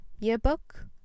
yearbook